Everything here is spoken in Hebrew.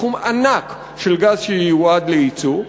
כמות ענקית של גז שייועד ליצוא.